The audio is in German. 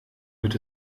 wird